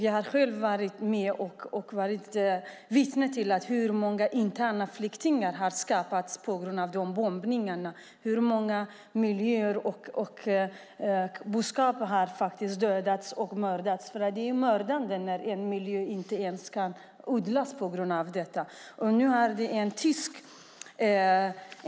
Jag har själv varit vittne till att interna flyktingar har skapats på grund av de bombningarna och miljön har skadats och boskap dödats. Marken kan inte odlas på grund av detta.